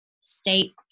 state